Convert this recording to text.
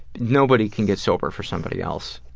nobody can get sober for somebody else,